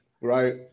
right